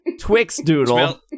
Twixdoodle